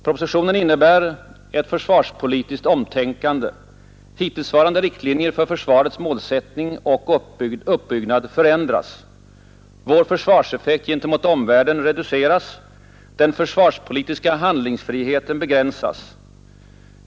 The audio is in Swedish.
Propositionen innebär ett försvarspolitiskt omtänkande. Hittillsvarande riktlinjer för försvarets målsättning och uppbyggnad förändras. Vår försvarseffekt gentemot omvärlden reduceras. Den försvarspolitiska handlingsfriheten begränsas.